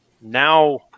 Now